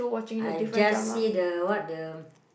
I just see the what the